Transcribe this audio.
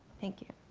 thank you.